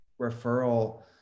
referral